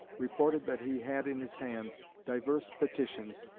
reported that he had in his hands divers petitions,